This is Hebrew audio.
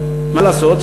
מה לעשות,